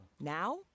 Now